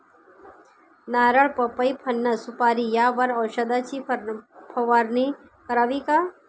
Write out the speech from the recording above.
नारळ, पपई, फणस, सुपारी यावर औषधाची फवारणी करावी का?